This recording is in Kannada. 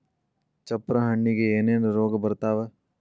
ಚಪ್ರ ಹಣ್ಣಿಗೆ ಏನೇನ್ ರೋಗ ಬರ್ತಾವ?